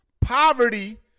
Poverty